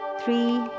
three